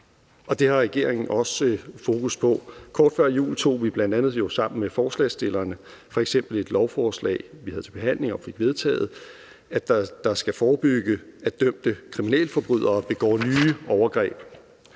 Det har regeringen også fokus på. Kort tid før jul havde vi bl.a. sammen med forslagsstillerne et forslag til behandling, som vi fik vedtaget, der skal forebygge, at dømte kriminelle begår nye overgreb.